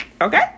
Okay